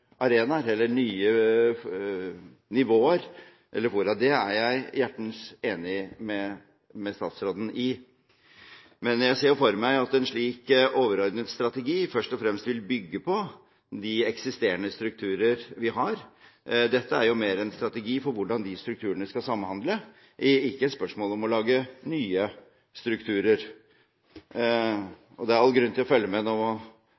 arenaer eller nye nivåer. Det er jeg hjertens enig med statsråden i. Jeg ser for meg at en slik overordnet strategi først og fremst vil bygge på de eksisterende strukturene vi har. Dette er mer en strategi for hvordan disse strukturene skal samhandle, ikke et spørsmål om å lage nye strukturer. Det er all grunn til å følge med